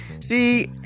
see